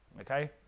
okay